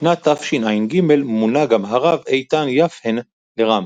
בשנת תשע"ג מונה גם הרב איתן יפה'ן לר"מ.